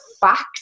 fact